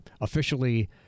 officially